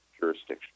jurisdiction